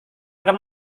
akan